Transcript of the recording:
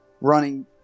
running